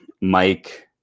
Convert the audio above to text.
Mike